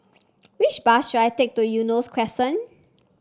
which bus should I take to Eunos Crescent